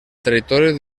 territori